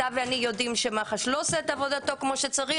אתה ואני יודעים שמח"ש לא עושה את עבודתו כמו שצריך,